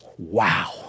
Wow